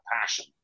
passion